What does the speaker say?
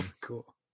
cool